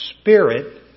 Spirit